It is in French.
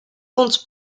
compte